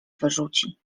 wyrzuci